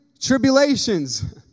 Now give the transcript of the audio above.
tribulations